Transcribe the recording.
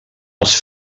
els